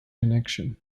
connection